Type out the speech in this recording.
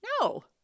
No